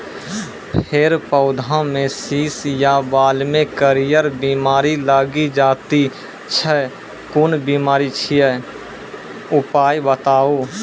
फेर पौधामें शीश या बाल मे करियर बिमारी लागि जाति छै कून बिमारी छियै, उपाय बताऊ?